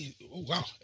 wow